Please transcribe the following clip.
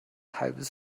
halbes